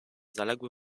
zaległy